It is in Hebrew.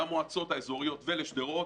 למועצות האזוריות ולשדרות.